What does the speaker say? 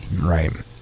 right